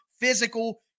physical